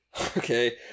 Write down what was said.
Okay